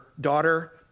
daughter